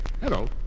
Hello